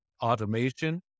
automation